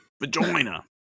Vagina